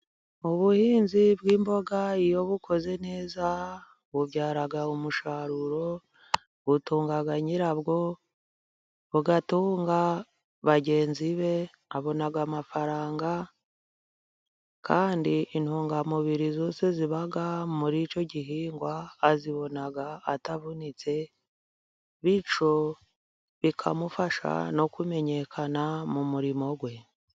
Ubuhinzi bw'imboga iyo bukozwe neza bubyara umusaruro, butunga nyirabwo, bugatunga bagenzi be, abona amafaranga kandi intungamubiri zose ziba muri icyo gihingwa azibona atavunitse, bityo bikamufasha no kumenyekana mu murimo we.